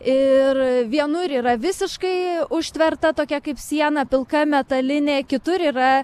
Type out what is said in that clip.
ir vienur yra visiškai užtverta tokia kaip siena pilka metalinė kitur yra